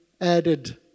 added